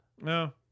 No